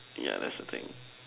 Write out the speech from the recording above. yeah that's the thing